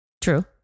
True